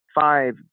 five